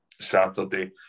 Saturday